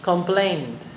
Complained